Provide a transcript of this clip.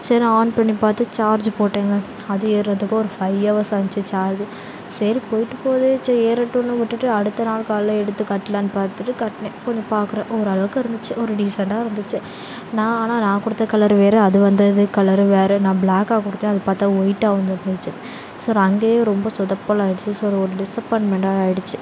சரி ஆன் பண்ணி பார்த்து சார்ஜ் போட்டேங்க அதே ஏர்றதுக்கு ஒரு ஃபைவ் ஹவர்ஸான்ச்சு சார்ஜு சரி போயிட்டு போது சரி ஏறட்டுன்னு விட்டுட்டு அடுத்த நாள் காலைல எடுத்து கட்டலான் பார்த்துட்டு கட்டினேன் கொஞ்சம் பார்க்கற ஓரளவுக்கு இருந்துச்சு ஒரு டீசண்டாக இருந்துச்சு நான் ஆனால் நான் கொடுத்த கலரு வேறே அது வந்தது கலரும் வேறே நான் பிளாக்காக கொடுத்தேன் அது பார்த்தா ஒயிட்டாக வந்து இருந்துச்சு ஸோ நான் அங்கேயே ரொம்ப சொதப்பல் ஆகிடுச்சு ஸோர் ஒரு டிஸ்அப்பாயின்மென்டாக ஆகிடுச்சி